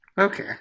Okay